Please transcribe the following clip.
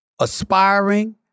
aspiring